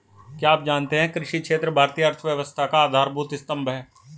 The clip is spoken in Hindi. क्या आप जानते है कृषि क्षेत्र भारतीय अर्थव्यवस्था का आधारभूत स्तंभ है?